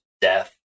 death